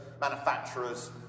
manufacturers